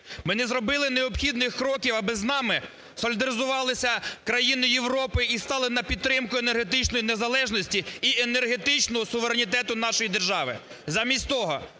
Ми не зробили необхідних кроків аби з нами солідаризувалися країни Європи і стали на підтримку енергетичної незалежності і енергетичного суверенітету нашої держави. Замість того